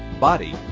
body